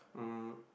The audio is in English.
um